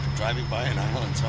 driving by an island